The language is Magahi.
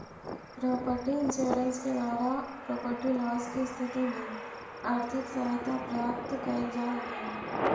प्रॉपर्टी इंश्योरेंस के द्वारा प्रॉपर्टी लॉस के स्थिति में आर्थिक सहायता प्राप्त कैल जा हई